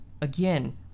again